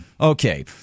okay